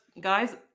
guys